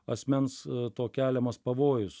asmens to keliamas pavojus